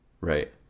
Right